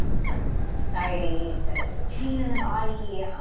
so stress and anxiety to to pain in the body,